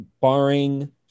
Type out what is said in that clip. barring